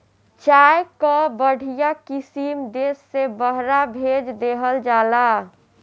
चाय कअ बढ़िया किसिम देस से बहरा भेज देहल जाला